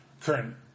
current